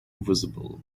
visible